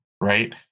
right